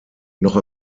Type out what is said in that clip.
noch